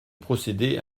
procéder